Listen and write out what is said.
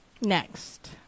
Next